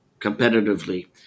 competitively